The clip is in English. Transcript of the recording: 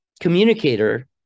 communicator